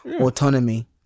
autonomy